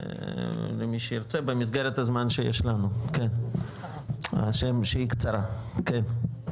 למי שירצה במסגרת הזמן שיש לנו שהיא קצרה, כן.